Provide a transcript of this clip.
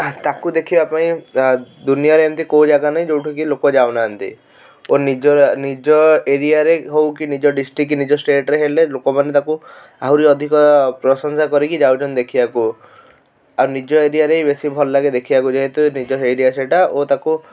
ତାକୁ ଦେଖିବାପାଇଁ ଦୁନିଆର ଏମତି କେଉଁ ଜାଗା ନାହିଁ ଯେଉଁଠି ଲୋକ ଯାଉନାହାନ୍ତି ଓ ନିଜ ନିଜ ଏରିଆରେ ହଉ କି ନିଜ ଡିଷ୍ଟ୍ରିକ୍ଟ ନିଜ ଷ୍ଟେଟରେ ହେଲେ ଲୋକମାନେ ତାକୁ ଆହୁରି ଅଧିକ ପ୍ରଶଂସା କରିକି ଯାଉଛନ୍ତି ଦେଖିବାକୁ ଆଉ ନିଜ ଏରିଆରେ ହିଁ ବେଶୀ ଭଲ ଲାଗେ ଦେଖିବାକୁ ଯେହେତୁ ନିଜ ଏରିଆ ସେଇଟା ଓ ତାକୁ